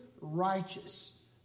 righteous